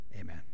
Amen